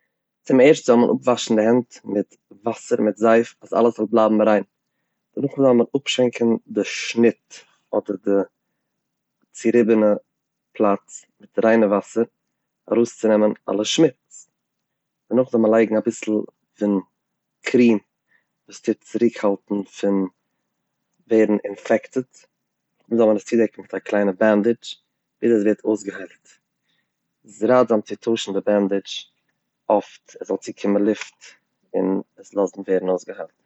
צום ערשט זאל מען אפוואשן די הענט מיט וואסער און מיט זייף אז אלעס זאל בלייבן ריין, דערנאך זאל מען אפשווענקן די שניט אדער די צוריבענע פלאץ מיט ריינע וואסער ארויסצונעמען אלע שמוץ, דערנאך זאל מען לייגן אביסל פון קרים וואס טוט צוריקהאלטן פון ווערן אינפעקטעד, נאכדעם זאל מען עס צודעקן מיט א קליינע בענדעזש ביז עס ווערט אויסגעהיילט, עס איז ראטזאם צו טוישן די בענדעזש אפט עס זאל צוקומען לופט און עס לאזן ווערן אויסגעהיילט.